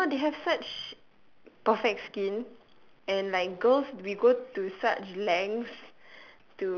you know they have such perfect skin and like girls we go to such lengths